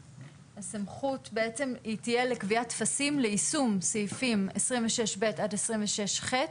הסמכות בעצם היא תהיה לקביעת טפסים ליישום סעיפים 26(ב) עד 26(ח).